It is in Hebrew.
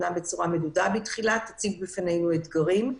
גם אם מדודה בתחילה תציב בפנינו אתגרים.